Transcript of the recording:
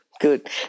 good